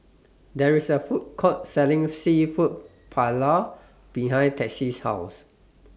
There IS A Food Court Selling Seafood Paella behind Tessie's House